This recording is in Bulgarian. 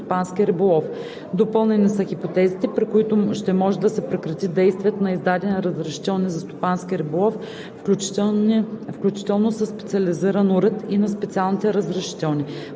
Допълнени са хипотезите, при които ще може да се прекрати действието на издадени разрешителни за стопански риболов, включително със специализиран уред, и на специалните разрешителни.